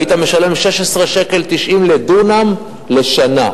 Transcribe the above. היית משלם 16.90 שקלים לדונם לשנה,